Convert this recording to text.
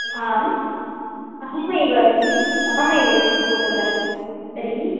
आम् अहमेव अस्मि अहमेव अस्मि फ़ोटोग्राफ़र् तर्हि